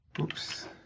Oops